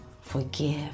forgive